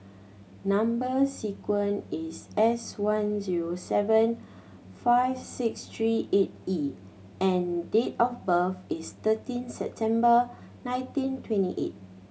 number sequence is S one zero seven five six three eight E and date of birth is thirteen September nineteen twenty eight